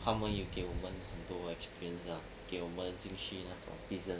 他们有给我们很多 experience lah 给我们进去那种 prison